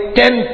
ten